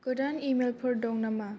गोदान इमेलफोर दं नामा